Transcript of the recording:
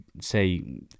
say